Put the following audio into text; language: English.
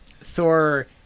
Thor